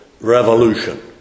revolution